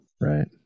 Right